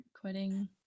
quitting